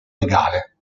legale